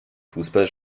fussball